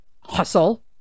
hustle